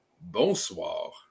bonsoir